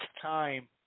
time